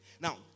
Now